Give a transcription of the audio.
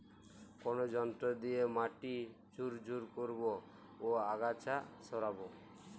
কোন যন্ত্র দিয়ে মাটি ঝুরঝুরে করব ও আগাছা সরাবো?